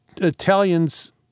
Italians